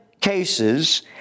cases